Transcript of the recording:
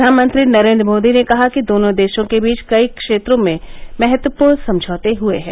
प्रधानमंत्री नरेंद्र मोदी ने कहा कि दोनों देशों के बीच कई क्षेत्रों में महत्वपूर्ण समझौते हुए हैं